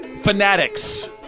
Fanatics